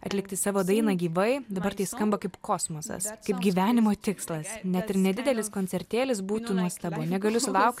atlikti savo dainą gyvai dabar tai skamba kaip kosmosas kaip gyvenimo tikslas net ir nedidelis koncertėlis būtų nuostabu negaliu sulaukt